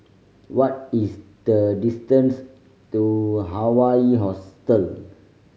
what is the distance to Hawaii Hostel